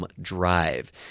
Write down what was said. drive